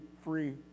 free